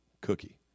Cookie